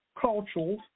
cultural